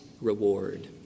reward